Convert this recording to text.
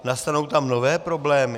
Nastanou tam nové problémy?